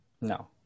No